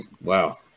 Wow